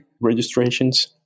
registrations